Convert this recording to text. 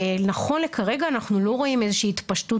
נכון לעכשיו אנחנו לא רואים איזושהי התפשטות